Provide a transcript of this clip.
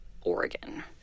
Oregon